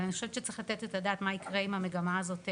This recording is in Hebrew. אני חושבת שצריך לתת את הדעת מה יקרה אם המגמה הזו תימשך,